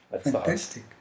Fantastic